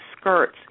skirts